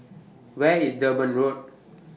Where IS Durban Road